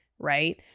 Right